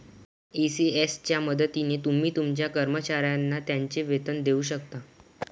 ECS च्या मदतीने तुम्ही तुमच्या कर्मचाऱ्यांना त्यांचे वेतन देऊ शकता